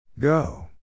Go